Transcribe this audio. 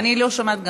אני גם לא שומעת.